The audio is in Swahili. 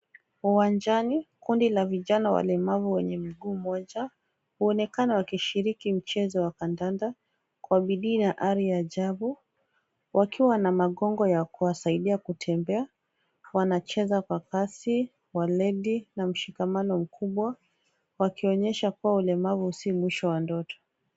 Uwanjani kundi la vijana walemavu wenye mguu moja, huonekana wakishiriki mchezo wa kandanda kwa bidii na hali ya ajabu, wakiwa na magongo ya kuwasaidia kutembea, wanacheza kwa kasi na waledi na mshikamano mkubwa wakionyesha kuwa ulemavu sio mwisho wa ndoto.